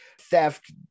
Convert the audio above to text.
theft